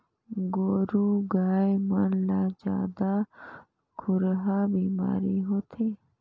गोरु गाय मन ला जादा खुरहा बेमारी होथे